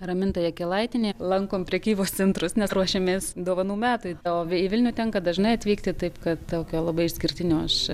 raminta jakelaitienė lankom prekybos centrus nes ruošiamės dovanų metui o vi į vilnių tenka dažnai atvykti taip kad tokio labai išskirtinio aš